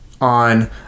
on